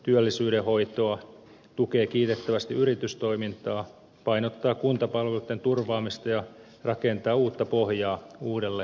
painottaa hoitoa tukee kiitettävästi yritystoimintaa painottaa kuntapalveluitten turvaamista ja rakentaa uutta pohjaa uudelle kasvulle